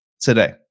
today